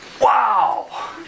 Wow